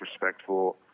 respectful